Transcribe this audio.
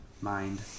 mind